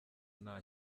nta